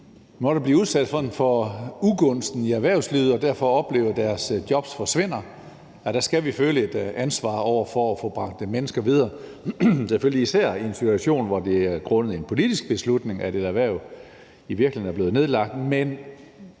måtte blive udsat for ugunsten i erhvervslivet og derfor oplever, at deres jobs forsvinder. Der skal vi føle et ansvar for at få bragt mennesker videre – selvfølgelig især i en situation, hvor det er grundet en politisk beslutning, at et erhverv i virkeligheden er blevet nedlagt.